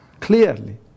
clearly